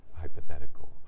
hypothetical